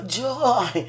joy